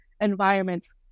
environments